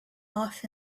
off